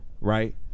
Right